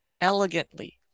elegantly